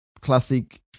classic